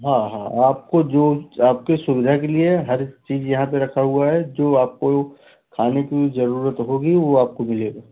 हाँ हाँ आपको जो च आपके सुविधा के लिए हर चीज़ यहाँ पर रखा हुआ है जो आपको खाने की ज़रूरत होगी वह आपको मिलेगा